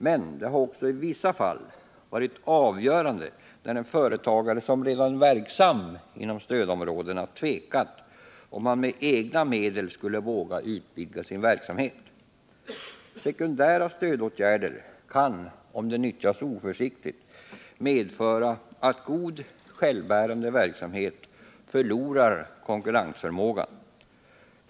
Men det har också i vissa fall varit avgörande nären företagare, som redan är verksam inom stödområdet, tvekat om han med egna medel skulle våga utvidga sin verksamhet. Sekundära stödåtgärder kan, om de nyttjas oförsiktigt, medföra att god självbärande verksamhet förlorar konkurrensförmågan.